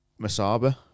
Masaba